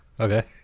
Okay